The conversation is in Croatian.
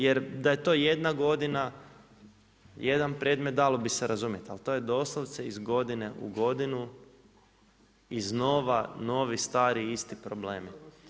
Jer da je to jedna godina, jedan predmet dalo bi se razumjeti ali to je doslovce iz godine u godinu, iznova, novi stari isti problemi.